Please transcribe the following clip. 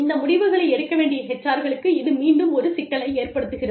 இந்த முடிவுகளை எடுக்க வேண்டிய HR களுக்கு இது மீண்டும் ஒரு சிக்கலை ஏற்படுத்துகிறது